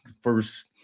First